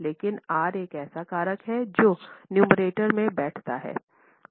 लेकिन R एक ऐसा कारक है जो नुमेरेटर में बैठता है